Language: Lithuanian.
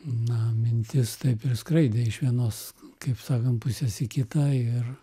na mintis taip ir skraidė iš vienos kaip sakant pusės į kitą ir